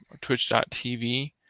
twitch.tv